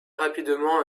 rapidement